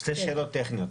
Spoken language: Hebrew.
שתי שאלות טכניות,